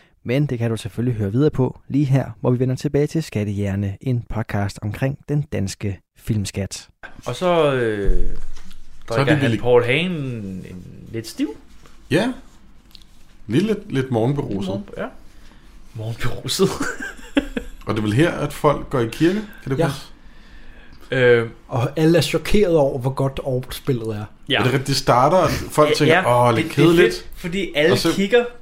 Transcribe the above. Men det kan du selvfølgelig høre videre på lige her, hvor vi vender tilbage til Skattehjerne, en podcast omkring den danske filmskat. Og så, øh, Så er drikker vi han lige- Paul Hagen en- en lidt stiv? Ja. Lidt- lidt- lidt morgenberuset. Lidt morgenbe- ja. Morgenberuset. Og det er vel her, at folk går i kirke? Kan det Ja. passe? Øh. Og alle er chokeret over, hvor godt overspillet er. Ja. Er det rigtig, det starter, at folk Ja, tænker, ja. "Åh, lidt Det- det er kedeligt." fedt, fordi Og alle så- kigger.